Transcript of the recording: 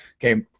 kay,